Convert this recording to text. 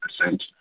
percent